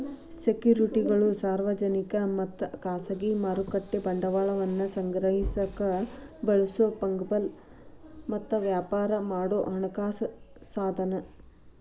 ಸೆಕ್ಯುರಿಟಿಗಳು ಸಾರ್ವಜನಿಕ ಮತ್ತ ಖಾಸಗಿ ಮಾರುಕಟ್ಟೆ ಬಂಡವಾಳವನ್ನ ಸಂಗ್ರಹಿಸಕ ಬಳಸೊ ಫಂಗಬಲ್ ಮತ್ತ ವ್ಯಾಪಾರ ಮಾಡೊ ಹಣಕಾಸ ಸಾಧನ